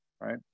right